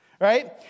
right